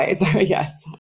yes